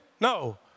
No